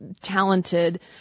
talented